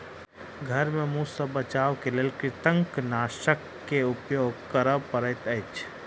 घर में मूस सॅ बचावक लेल कृंतकनाशक के उपयोग करअ पड़ैत अछि